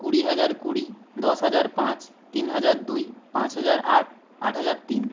কুড়ি হাজার কুড়ি দশ হাজার পাঁচ তিন হাজার দুই পাঁচ হাজার আট আট হাজার তিন